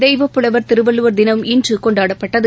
தெய்வப்புலவர் திருவள்ளுவர் தினம் இன்றுகொண்டாடப்பட்டது